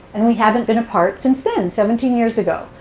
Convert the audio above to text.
and we haven't been apart since then, seventeen years ago.